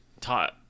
taught